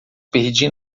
perdi